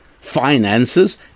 finances